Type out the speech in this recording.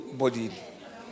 bodied